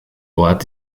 ort